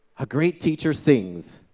a great teacher sings.